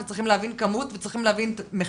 הם צריכים להבין את הכמות וצריכים להבין את המחיר.